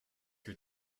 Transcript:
que